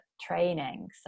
training